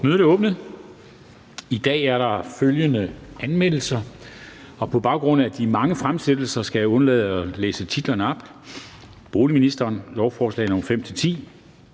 Mødet er åbnet. I dag er der følgende anmeldelser, og på baggrund af de mange fremsættelser skal jeg undlade at læse titlerne op: Boligministeren (Kaare Dybvad